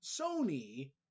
Sony